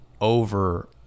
over